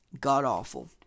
god-awful